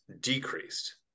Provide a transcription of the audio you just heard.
decreased